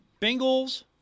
Bengals